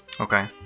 Okay